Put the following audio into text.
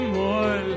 more